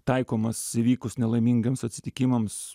taikomas įvykus nelaimingiems atsitikimams